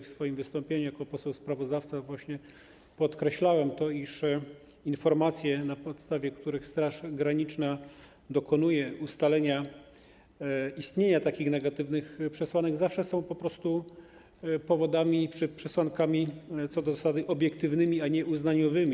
W swoim wystąpieniu jako poseł sprawozdawca właśnie podkreślałem to, iż informacje, na podstawie których Straż Graniczna dokonuje ustalenia istnienia takich negatywnych przesłanek, zawsze są po prostu powodami czy przesłankami co do zasady obiektywnymi, a nie uznaniowymi.